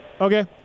Okay